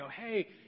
hey